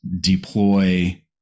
deploy